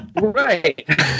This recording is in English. right